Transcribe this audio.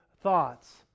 thoughts